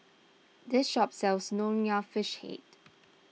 this shop sells Nonya Fish Head